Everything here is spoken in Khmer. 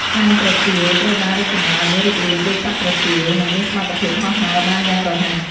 ខ្លែងប្រចៀវ ត្រូវបានរចនាឱ្យមានរូបរាងដូចសត្វប្រចៀវ និងមានសមត្ថភាពហោះហើរបានយ៉ាងរហ័ស។